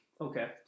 okay